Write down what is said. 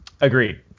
Agreed